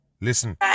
Listen